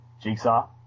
jigsaw